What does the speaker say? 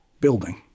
building